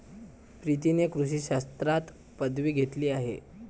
प्रीतीने कृषी शास्त्रात पदवी घेतली आहे